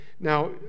Now